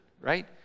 right